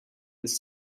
this